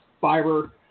fiber